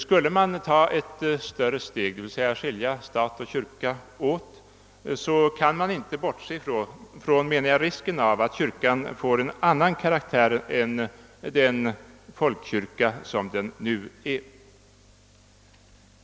Skulle man ta ett större steg, d. v. s. skilja stat och kyrka åt, kan man inte bortse från risken att kyrkan får en annan karaktär än den folkkyrka som den nu är.